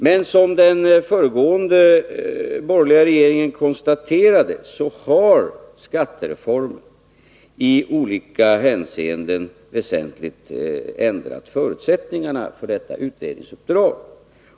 Men som den föregående borgerliga regeringen konstaterade har skattereformen i olika hänseenden väsentligt ändrat förutsättningarna för detta utredningsuppdrag.